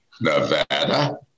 Nevada